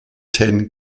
ten